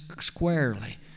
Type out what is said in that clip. squarely